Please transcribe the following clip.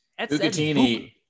Bucatini